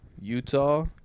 Utah